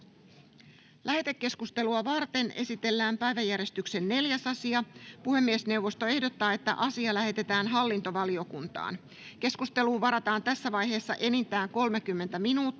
Lähetekeskustelua varten esitellään päiväjärjestyksen 4. asia. Puhemiesneuvosto ehdottaa, että asia lähetetään hallintovaliokuntaan. Keskusteluun varataan tässä vaiheessa enintään 30 minuuttia.